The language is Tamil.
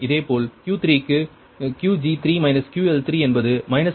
இதேபோல் Q3 க்கு Qg3 QL3 என்பது 45